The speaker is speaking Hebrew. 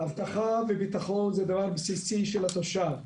אבטחה וביטחון זה דבר בסיסי של התושב,